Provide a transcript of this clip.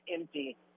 empty